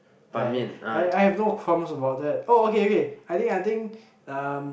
I I I have no comments about that oh okay okay I think um